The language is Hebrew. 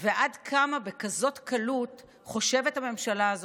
ועד כמה בכזאת קלות חושבת הממשלה הזאת,